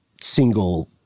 single